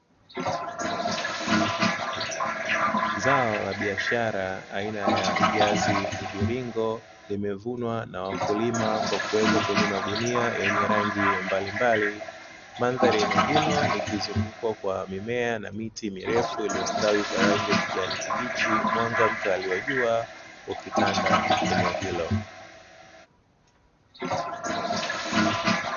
Zao la biashara aina ya viazi mviringo limevunwa na wakulima kwa kuwekwa kwenye magunia yenye rangi mbalimbali mandhari eneo hilo likizungukwa kwa mimea na miti mirefu iliyostawi kwa rangi ya ukijani kibichi mwanga mkali wa jua ukitanda eneo hilo.